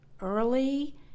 early